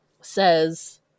says